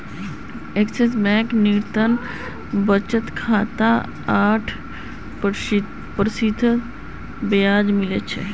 axis Bank निरंतर बचत खातात आठ प्रतिशत ब्याज मिल छेक